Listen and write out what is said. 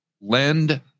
lend